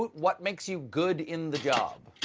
what makes you good in the job?